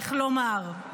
איך לומר.